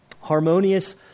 Harmonious